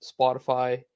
spotify